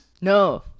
No